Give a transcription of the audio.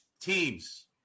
teams